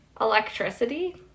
Electricity